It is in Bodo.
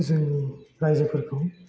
जों रायजोफोरखौ